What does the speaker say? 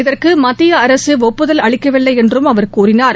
இதற்கு மத்திய அரசு ஒப்புதல் அளிக்கவில்லை என்றும் அவர் கூழினார்